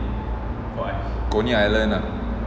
coney island ah